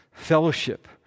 fellowship